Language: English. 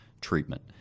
treatment